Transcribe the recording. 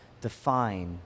define